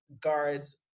guards